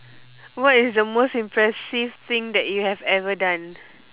what is the most impressive thing that you have ever done